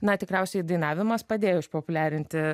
na tikriausiai dainavimas padėjo išpopuliarinti